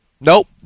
Nope